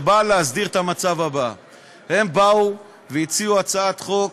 שנועדה להסדיר את המצב הזה: הם הציעו הצעת חוק